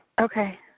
Okay